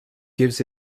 gives